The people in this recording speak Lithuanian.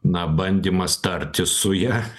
na bandymas tartis su ja